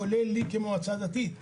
מועצת הרבנות הראשית,